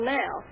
now